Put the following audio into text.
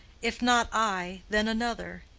if not i, then another,